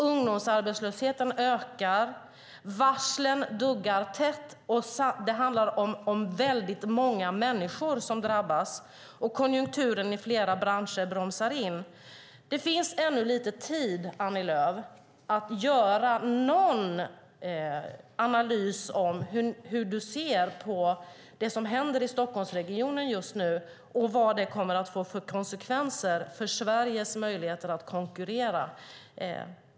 Ungdomsarbetslösheten ökar. Varslen duggar tätt, och många människor drabbas. Konjunkturen inom flera branscher bromsar in. Det finns ännu lite tid, Annie Lööf, att göra någon sorts analys av hur du ser på det som nu händer i Stockholmsregionen och vad det kommer att få för konsekvenser för Sveriges möjligheter att konkurrera.